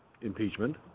Impeachment